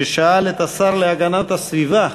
ששאל את השר להגנת הסביבה,